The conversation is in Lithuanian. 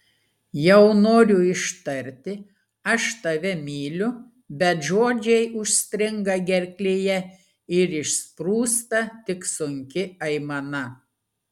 jau noriu ištarti aš tave myliu bet žodžiai užstringa gerklėje ir išsprūsta tik sunki aimana